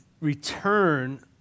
return